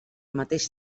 mateix